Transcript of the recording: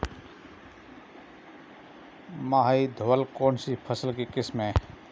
माही धवल कौनसी फसल की किस्म है?